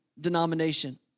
denomination